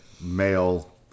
male